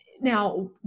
now